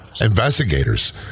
investigators